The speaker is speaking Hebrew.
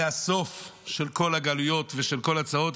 זה הסוף של כל הגלויות ושל כל הצרות.